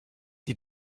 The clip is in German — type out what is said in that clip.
die